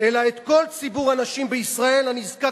אלא את כל ציבור הנשים בישראל הנזקק